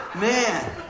Man